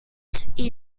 factor